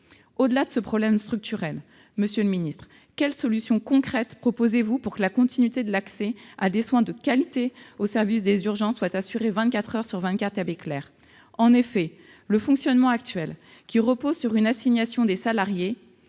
Au-delà de ce problème structurel, monsieur le secrétaire d'État, quelle solution concrète le Gouvernement propose-t-il pour que la continuité d'accès à des soins de qualité au service des urgences soit assurée 24 heures sur 24 à Béclère ? En effet, le fonctionnement actuel, qui repose sur une assignation des salariés,